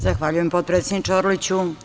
Zahvaljujem potpredsedniče Orliću.